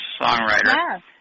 songwriter